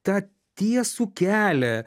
tą tiesų kelią